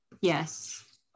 Yes